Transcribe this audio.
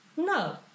No